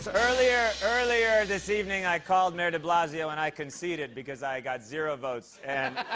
ah earlier earlier this evening, i called mayor de blasio and i conceded because i got zero votes,